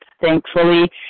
thankfully